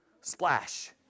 splash